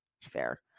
Fair